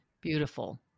Beautiful